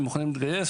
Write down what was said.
הם מוכנים להתגייס,